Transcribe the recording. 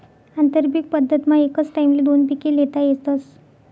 आंतरपीक पद्धतमा एकच टाईमले दोन पिके ल्हेता येतस